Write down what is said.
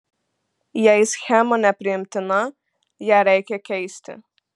jei schema nepriimtina ją reikia keisti